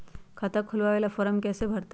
खाता खोलबाबे ला फरम कैसे भरतई?